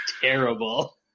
terrible